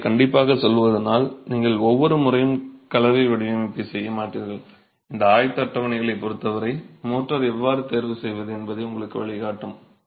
எனவே கண்டிப்பாகச் சொல்வதானால் நீங்கள் ஒவ்வொரு முறையும் கலவை வடிவமைப்பைச் செய்ய மாட்டீர்கள் இந்த ஆயத்த அட்டவணைகளைப் பொறுத்து மோர்டார் எவ்வாறு தேர்வு செய்வது என்பதை உங்களுக்கு வழிகாட்டும்